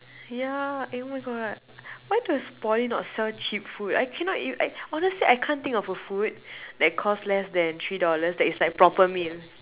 ya eh oh my God why does Poly not sell cheap food I cannot even I honestly I can't think of a food that cost less than three dollars that is like proper meal